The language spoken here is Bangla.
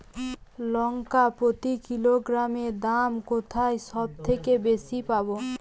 লঙ্কা প্রতি কিলোগ্রামে দাম কোথায় সব থেকে বেশি পাব?